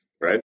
Right